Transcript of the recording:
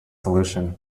solution